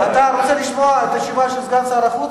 אתה רוצה לשמוע את התשובה של סגן שר החוץ,